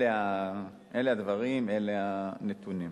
אלה הדברים, אלה הנתונים.